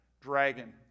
dragon